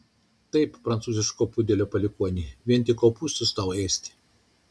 taip prancūziško pudelio palikuoni vien tik kopūstus tau ėsti